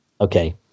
Okay